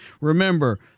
Remember